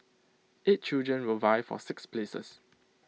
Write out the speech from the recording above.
eight children will vie for six places